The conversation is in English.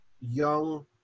young